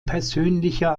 persönlicher